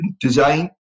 design